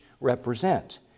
represent